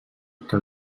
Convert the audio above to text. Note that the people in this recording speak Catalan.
que